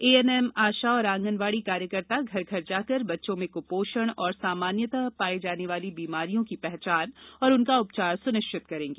ANM ASHA और आंगनवाड़ी कार्यकर्ता घर घर जाकर बच्चों में कुपोषण और सामान्यतः पाई जाने वाली बीमारियों की पहचान और उनका उपचार सुनिश्चित करेंगी